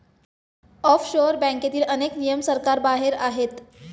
offshore बँकेतील अनेक नियम सरकारबाहेर आहेत